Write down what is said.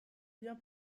bien